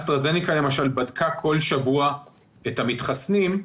היא למשל בדקה בכל שבוע את המתחסנים,